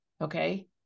Okay